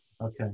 Okay